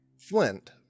Flint